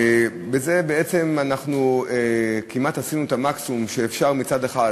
בזה בעצם כמעט עשינו את המקסימום שאפשר, מצד אחד